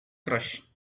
crush